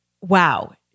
wow